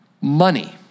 money